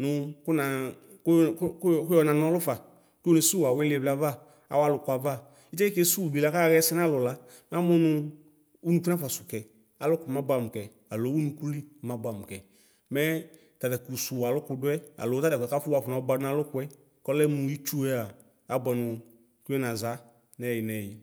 nʋ kanʋ kʋ kʋ yɔ na nɔlʋ fa kʋnesʋwʋ awʋ ilivliyɛ ava awʋ alʋkʋɛ ava itiɛ kekesʋwʋ bila kaxɛsɛ nalʋ la mamʋ nʋ nʋ ʋnʋkʋ nafɔsʋ kɛ alʋkʋ mabʋɛamʋ kɛ alo ʋnʋkʋli mabʋɛ amʋ amʋ kɛ mɛ tatɛkʋ sowʋ alʋkʋ dʋɛ alo tatɛkʋɛ kaf wakɔ nabʋɛdʋ nalʋkʋɛ kɔlɛ mʋ itsue abʋɛnʋ kʋyɔnaza nɛyi nɛyi.